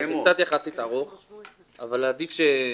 זה ארוך יחסית אבל עדיף שתשמעו.